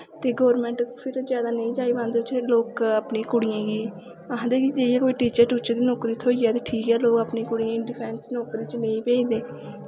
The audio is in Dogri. ते गौरमैंट फिर जादा नेईं जाई पांदे लोग अपनी कुड़ियें गी आखदे कि कोई टीचर टूचर दी नौकरी थ्होई जा ते ठीक ऐ लोग अपनी कुड़ियें गी डिफैंस दी नौकरी च नेईं भेजदे